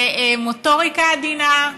במוטוריקה עדינה.